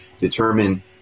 determine